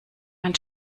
mein